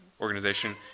organization